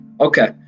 Okay